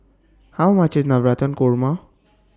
How much IS Navratan Korma